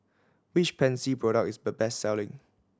which Pansy product is the best selling